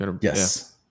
Yes